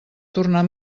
tornar